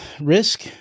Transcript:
risk